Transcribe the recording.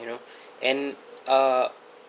you know and uh